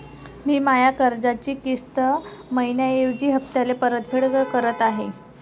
मी माया कर्जाची किस्त मइन्याऐवजी हप्त्याले परतफेड करत आहे